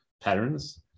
patterns